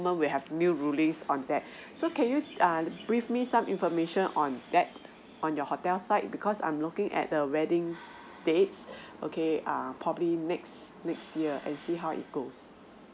will have new rulings on that so can you err brief me some information on that on your hotel side because I'm looking at the wedding dates okay err probably next next year and see how it goes